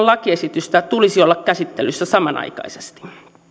lakiesityksen tulisi olla käsittelyssä samanaikaisesti